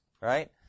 right